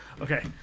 okay